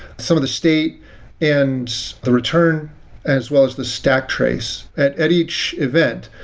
some of the state and the return as well as the stack trace at at each event.